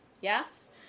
yes